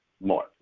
more